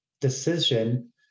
decision